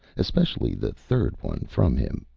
especially the third one from him.